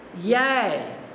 yay